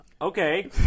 Okay